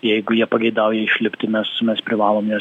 jeigu jie pageidauja išlipti mes su mes privalom